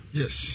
yes